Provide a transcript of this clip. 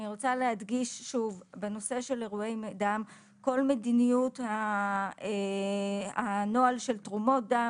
אני רוצה להדגיש שבנושא אירועי דם כל נוהל תרומות הדם